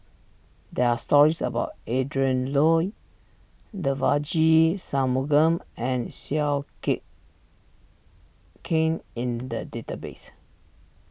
there are stories about Adrin Loi Devagi Sanmugam and Seow kit Kin in the database